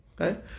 Okay